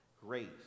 grace